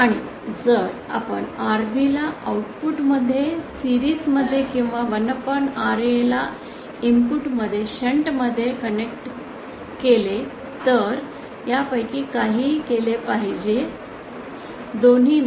आणि जर आपण Rb ला आउटपुट मध्ये मालिका मध्ये किंवा 1Ra ला इनपुट मध्ये शंट मध्ये कनेक्ट केले तर यापैकी काहीही केले पाहिजे दोन्ही नाही